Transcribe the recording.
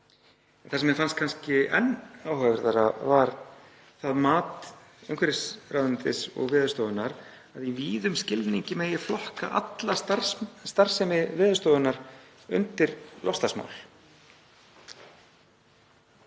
Það sem mér fannst kannski enn áhugaverðara var það mat umhverfisráðuneytis og Veðurstofunnar að í víðum skilningi megi flokka alla starfsemi Veðurstofunnar undir loftslagsmál.